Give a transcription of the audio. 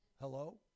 Hello